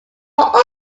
oliver